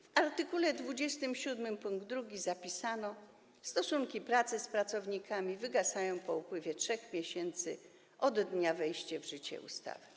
W art. 27 pkt 2 zapisano: stosunki pracy z pracownikami wygasają po upływie 3 miesięcy od dnia wejścia w życie ustawy.